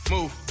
Move